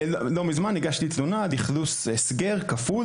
לא מזמן הגשתי תלונה על איכלוס הסגר כפול,